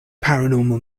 paranormal